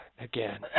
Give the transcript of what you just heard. again